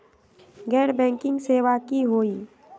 गैर बैंकिंग सेवा की होई?